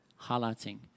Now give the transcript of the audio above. highlighting